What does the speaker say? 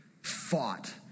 fought